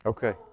Okay